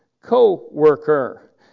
co-worker